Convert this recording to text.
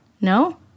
No